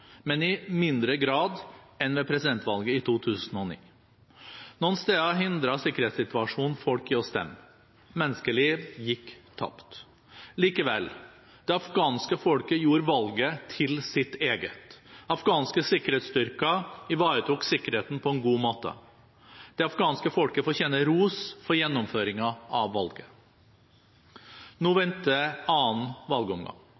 men i mindre grad enn ved presidentvalget i 2009. Noen steder hindret sikkerhetssituasjonen folk i å stemme. Menneskeliv gikk tapt. Likevel – det afghanske folket gjorde valget til sitt eget. Afghanske sikkerhetsstyrker ivaretok sikkerheten på en god måte. Det afghanske folket fortjener ros for gjennomføringen av valget. Nå venter annen valgomgang.